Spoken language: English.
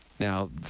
Now